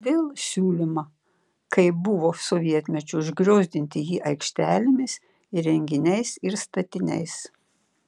vėl siūloma kaip buvo sovietmečiu užgriozdinti jį aikštelėmis įrenginiais ir statiniais